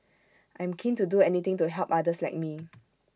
I'm keen to do anything to help others like me